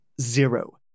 Zero